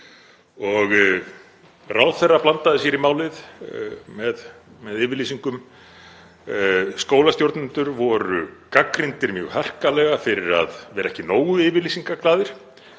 ráðherra blandaði sér í málið með yfirlýsingum. Skólastjórnendur voru gagnrýndir mjög harkalega fyrir að vera ekki nógu yfirlýsingaglaðir